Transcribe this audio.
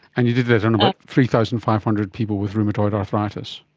and you did that on about three thousand five hundred people with rheumatoid arthritis.